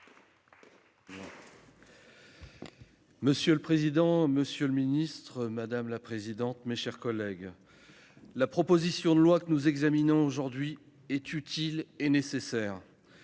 Monsieur le président, monsieur le ministre, mes chers collègues, la proposition de loi que nous examinons aujourd'hui est utile et nécessaire.